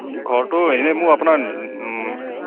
ঘৰটো এনেই মোৰ আপোনাৰ এই